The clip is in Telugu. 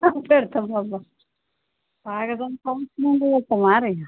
పెడతావమ్మా బాగా సంపాదించాకా పెడతాము